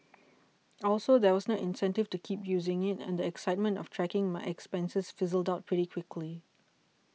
also there was no incentive to keep using it and the excitement of tracking my expenses fizzled out pretty quickly